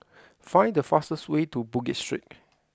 find the fastest way to Bugis Street